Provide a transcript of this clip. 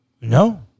No